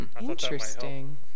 Interesting